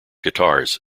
guitars